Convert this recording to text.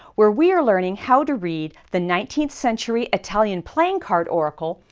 where we are learning how to read the nineteenth century italian playing card oracle,